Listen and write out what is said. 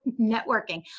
networking